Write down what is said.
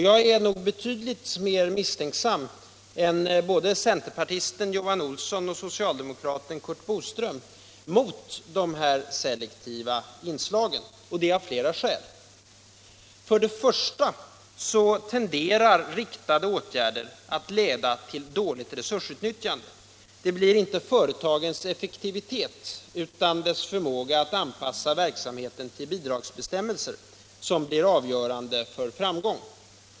Jag är nog betydligt mer misstänksam än både centerpartisten Johan Olsson och socialdemokraten Curt Boström mot de här selektiva inslagen — och det av flera skäl. För det första tenderar riktade åtgärder att leda till dåligt resursutnyttjande. Det är inte företagens effektivitet utan deras förmåga att anpassa verksamheten till bidragsbestämmelser som blir avgörande för framgång.